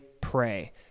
pray